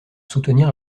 soutenir